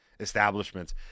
establishments